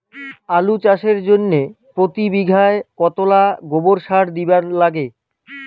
আলু চাষের জইন্যে প্রতি বিঘায় কতোলা গোবর সার দিবার লাগে?